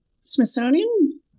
Smithsonian